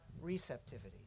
receptivity